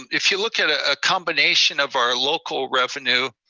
if you look at a combination of our local revenue,